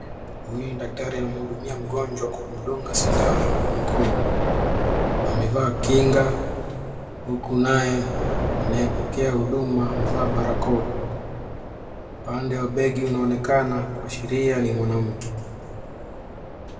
Huyu ni daktari anamhudumia mngonjwa kwa kumduka kwa mkono, amevaa kinga huku naye anayepokea huduma amevaa barakoa, pande wa pekii unaonekana kuashiria ni mwanamke.